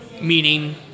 meaning